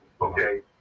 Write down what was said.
okay